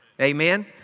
Amen